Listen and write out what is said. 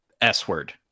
S-word